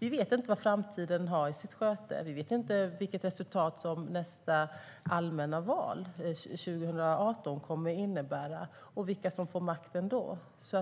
Vi vet inte vad framtiden har i sitt sköte, och vi vet inte vilket resultat som nästa allmänna val 2018 kommer att innebära och vilka som får makten då.